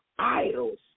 idols